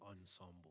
ensemble